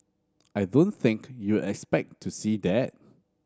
I don't think you are expect to see that